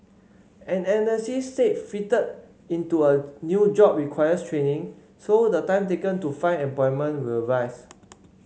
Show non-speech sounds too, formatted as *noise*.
an analyst said *unintelligible* into a new job requires training so the time taken to find employment will rise